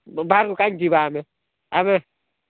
ବାହାରକୁ କାହିଁକି ଯିବା ଆମେ ଆମେ